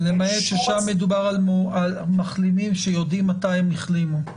למעט ששם מדובר על מחלימים שיודעים מתי הם החלימו.